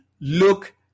look